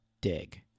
dig